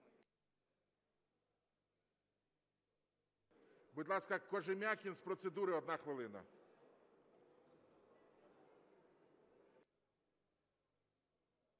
Будь ласка, Кожем'якін з процедури, одна хвилина.